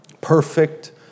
Perfect